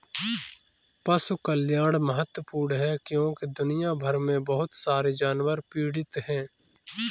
पशु कल्याण महत्वपूर्ण है क्योंकि दुनिया भर में बहुत सारे जानवर पीड़ित हैं